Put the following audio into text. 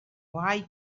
why